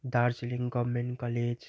Darjeeling government college